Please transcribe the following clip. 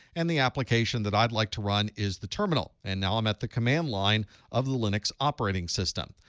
and the application that i'd like to run is the terminal. and now i'm at the command line of the linux operating system.